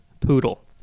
poodle